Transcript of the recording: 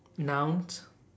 nouns